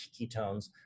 ketones